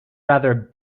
rather